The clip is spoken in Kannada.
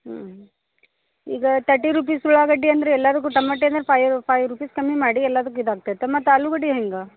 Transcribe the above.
ಹ್ಞೂ ಈಗ ತರ್ಟಿ ರುಪೀಸ್ ಉಳ್ಳಾಗಡ್ಡೆ ಅಂದರೆ ಎಲ್ಲರ್ಗೂ ತಮಾಟೆನ ಫೈಯ್ ಫೈ ರುಪೀಸ್ ಕಮ್ಮಿ ಮಾಡಿ ಎಲ್ಲದಕ್ಕೂ ಇದಾಗ್ತೇತೆ ಮತ್ತು ಆಲೂಗಡ್ಡೆ ಹೆಂಗೆ